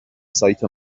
سایت